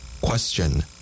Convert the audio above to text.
Question